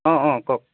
অঁ অঁ কওক